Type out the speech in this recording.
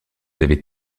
avez